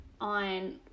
on